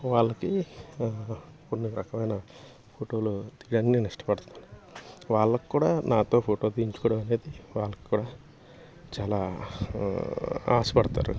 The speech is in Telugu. వాళ్ళకి కొన్ని రకమైన ఫోటోలు తీయడానికి నేను ఇష్టపడతాను వాళ్ళు కూడా నాతో ఫోటో తీయించుకోవడం అనేది వాళ్ళు కూడా చాలా ఆశపడతారు